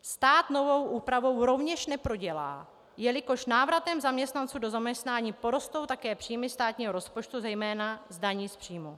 Stát novou úpravou rovněž neprodělá, jelikož návratem zaměstnanců do zaměstnání porostou také příjmy státního rozpočtu zejména z daní z příjmů.